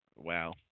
Wow